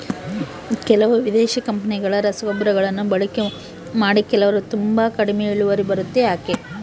ಕೆಲವು ವಿದೇಶಿ ಕಂಪನಿಗಳ ರಸಗೊಬ್ಬರಗಳನ್ನು ಬಳಕೆ ಮಾಡಿ ಕೆಲವರು ತುಂಬಾ ಕಡಿಮೆ ಇಳುವರಿ ಬರುತ್ತೆ ಯಾಕೆ?